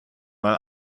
mal